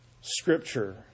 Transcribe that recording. Scripture